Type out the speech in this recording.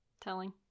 Telling